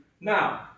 Now